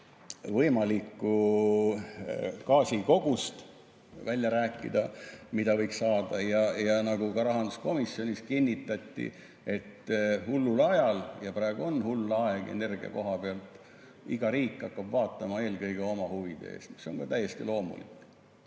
võimalikku gaasikogust välja rääkida, mida võiks saada, ja nagu ka rahanduskomisjonis kinnitati, hullul ajal – ja praegu on hull aeg energia koha pealt – hakkab iga riik eelkõige oma huvide eest seisma, mis on täiesti loomulik.